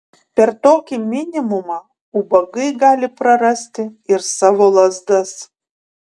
per tokį minimumą ubagai gali prarasti ir savo lazdas